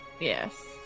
yes